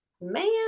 Man